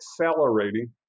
accelerating